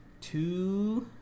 two